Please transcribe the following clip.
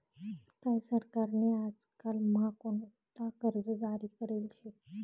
काय सरकार नी आजकाल म्हा कोणता कर्ज जारी करेल शे